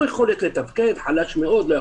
הם